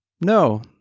No